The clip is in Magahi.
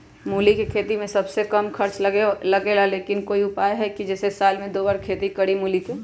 मूली के खेती में सबसे कम खर्च लगेला लेकिन कोई उपाय है कि जेसे साल में दो बार खेती करी मूली के?